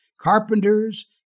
carpenters